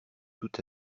tout